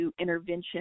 intervention